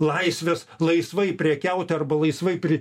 laisvės laisvai prekiauti arba laisvai pri